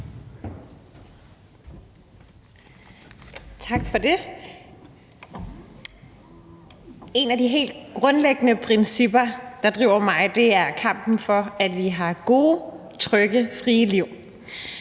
Tak for det. Et af de helt grundlæggende principper, der driver mig, er kampen for, at vi har gode, trygge, frie liv.